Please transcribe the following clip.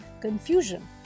confusion